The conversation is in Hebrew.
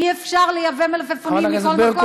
אי-אפשר לייבא מלפפונים מכל מקום.